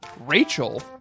Rachel